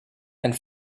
and